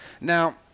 Now